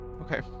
Okay